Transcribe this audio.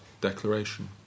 declaration